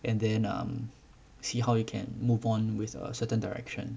and then um see how you can move on with a certain direction